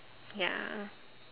ya